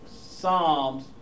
Psalms